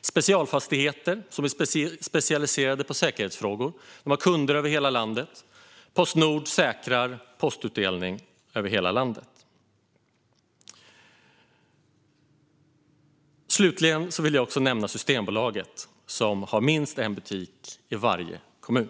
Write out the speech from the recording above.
Specialfastigheter, som är specialiserade på säkerhetsfrågor, har kunder över hela landet. Och Postnord säkrar postutdelning i hela landet. Slutligen vill jag nämna Systembolaget, som har minst en butik i varje kommun.